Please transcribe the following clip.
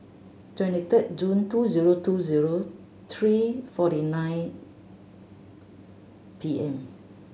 twenty third June two zero two zero three forty nine P M